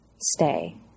stay